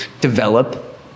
develop